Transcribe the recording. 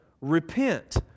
Repent